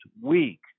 week